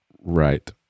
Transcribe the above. Right